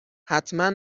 حتما